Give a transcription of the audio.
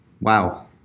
Wow